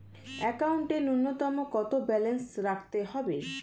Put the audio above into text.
একাউন্টে নূন্যতম কত ব্যালেন্স রাখতে হবে?